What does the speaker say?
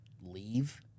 leave